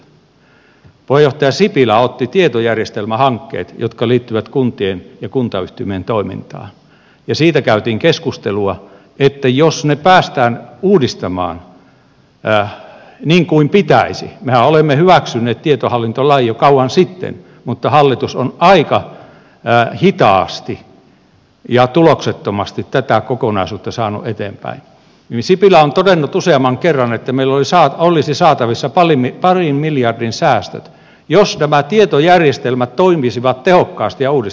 puheenjohtaja sipilä otti esille tietojärjestelmähankkeet jotka liittyvät kuntien ja kuntayhtymien toimintaan ja siitä käytiin keskustelua että jos ne päästään uudistamaan niin kuin pitäisi mehän olemme hyväksyneet tietohallintolain jo kauan sitten mutta hallitus on aika hitaasti ja tuloksettomasti tätä kokonaisuutta saanut eteenpäin niin sipilä on todennut useamman kerran että meillä olisi saatavissa parin miljardin säästöt jos nämä tietojärjestelmät toimisivat tehokkaasti ja uudistettaisiin